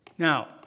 Now